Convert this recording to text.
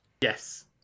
Yes